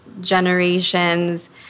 generations